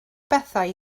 bethau